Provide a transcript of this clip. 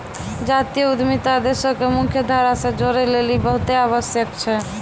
जातीय उद्यमिता देशो के मुख्य धारा से जोड़ै लेली बहुते आवश्यक छै